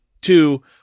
Two